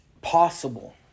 possible